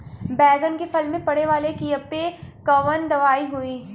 बैगन के फल में पड़े वाला कियेपे कवन दवाई होई?